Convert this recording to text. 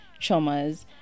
traumas